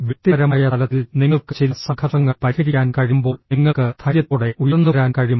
വ്യക്തിപരമായ തലത്തിൽ നിങ്ങൾക്ക് ചില സംഘർഷങ്ങൾ പരിഹരിക്കാൻ കഴിയുമ്പോൾ നിങ്ങൾക്ക് ധൈര്യത്തോടെ ഉയർന്നുവരാൻ കഴിയും